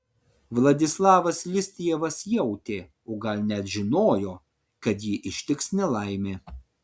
vladislavas listjevas jautė o gal net žinojo kad jį ištiks nelaimė